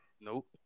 Nope